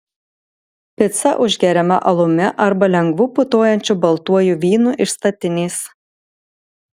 pica užgeriama alumi arba lengvu putojančiu baltuoju vynu iš statinės